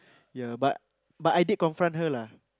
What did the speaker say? ya but but I did confront her lah